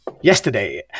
yesterday